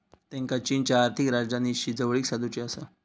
त्येंका चीनच्या आर्थिक राजधानीशी जवळीक साधुची आसा